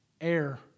air